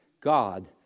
God